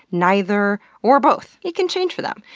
neither, or both. it can change for them.